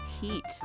heat